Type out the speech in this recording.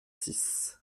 six